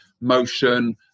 motion